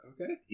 Okay